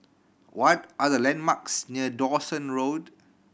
what are the landmarks near Dawson Road